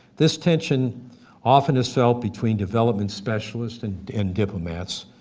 this tension often is felt between development specialists and and diplomats,